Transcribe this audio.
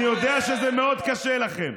אני יודע שזה מאוד קשה לכם.